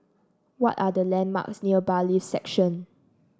what are the landmarks near Bailiffs' Section